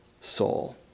soul